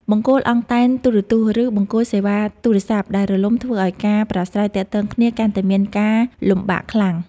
បង្គោលអង់តែនទូរទស្សន៍ ឬបង្គោលសេវាទូរស័ព្ទដែលរលំធ្វើឱ្យការប្រស្រ័យទាក់ទងគ្នាកាន់តែមានការលំបាកខ្លាំង។